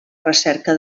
recerca